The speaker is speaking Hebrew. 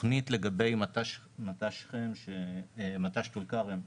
התכנית לגבי מט"ש טול כרם,